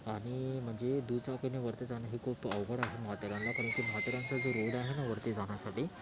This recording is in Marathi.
आणि म्हणजे दुचाकीने वरती जाणे हे खूप अवघड आहे माथेरानला कारण की माथेरानचा जो रोड आहे वरती जाण्यासाठी